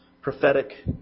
prophetic